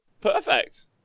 Perfect